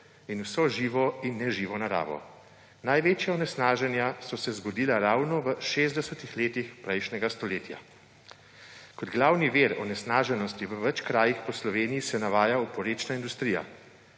in vso živo in neživo naravo. Največja onesnaženja so se zgodila ravno v šestdesetih letih prejšnjega stoletja. Kot glavni vir onesnaženosti v več krajih po Sloveniji se navaja oporečna industrija,